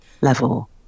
level